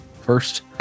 first